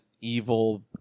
evil